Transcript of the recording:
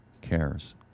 cares